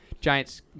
Giants